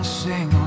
sing